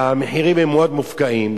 והמחירים מאוד מופקעים,